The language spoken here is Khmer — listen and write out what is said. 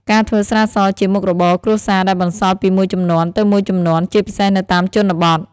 ការធ្វើស្រាសជាមុខរបរគ្រួសារដែលបន្សល់ពីមួយជំនាន់ទៅមួយជំនាន់ ជាពិសេសនៅតាមជនបទ។